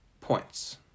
points